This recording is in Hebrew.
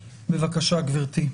בבקשה, גברתי.